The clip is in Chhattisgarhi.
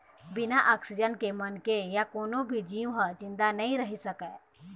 बिन ऑक्सीजन के मनखे य कोनो भी जींव ह जिंदा नइ रहि सकय